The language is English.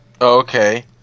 Okay